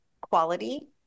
quality